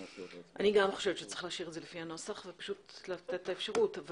אני גם חושבת שצריך להשאיר את זה לפי הנוסח ולתת את האפשרות.